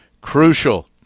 crucial